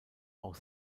auch